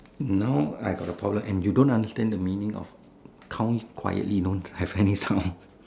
now I got the problem and you don't understand the meaning of count quietly you know have any sound